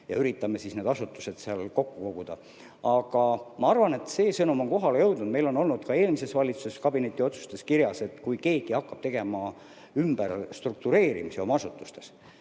me üritame need asutused kokku koguda. Aga ma arvan, et see sõnum on kohale jõudnud. Meil oli ka eelmise valitsuse kabinetiotsustes kirjas, et kui keegi hakkab tegema ümberstruktureerimisi oma asutustes,